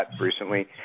recently